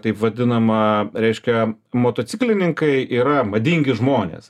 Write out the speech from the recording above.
taip vadinama reiškia motociklininkai yra madingi žmonės